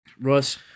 Russ